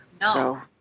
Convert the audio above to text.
No